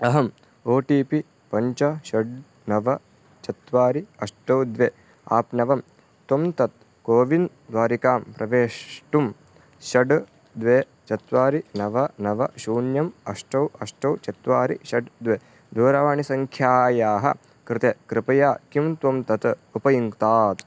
अहम् O T P पञ्च षट् नव चत्वारि अष्ट द्वे आप्नवं त्वं तत् कोविन् द्वारिकां प्रवेष्टुं षट् द्वे चत्वारि नव नव शून्यम् अष्ट अष्ट चत्वारि षट् द्वे दूरवाणीसङ्ख्यायाः कृते कृपया किं त्वं तत् उपयुङ्क्तात्